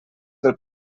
del